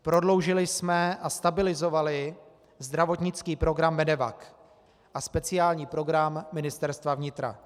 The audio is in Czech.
Prodloužili jsme a stabilizovali zdravotnický program MEDEVAC a speciální program Ministerstva vnitra.